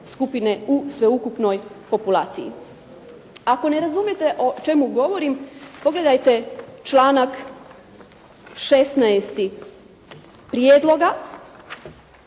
u sveukupnoj populaciji. Ako ne razumijete o čemu govorim, pogledajte članak 16. prijedloga,